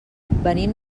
venim